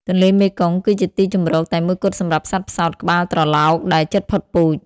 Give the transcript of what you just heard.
ទន្លេមេគង្គគឺជាទីជម្រកតែមួយគត់សម្រាប់សត្វផ្សោតក្បាលត្រឡោកដែលជិតផុតពូជ។